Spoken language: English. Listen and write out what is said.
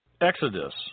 Exodus